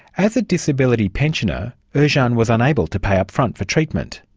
as a disability pensioner, ercan was unable to pay upfront for treatment.